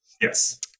Yes